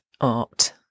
art